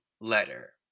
letter